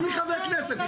אני חבר כנסת.